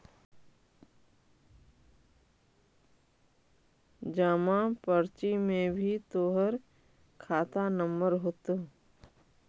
जमा पर्ची में भी तोहर खाता नंबर होतो